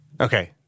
Okay